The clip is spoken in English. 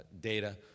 data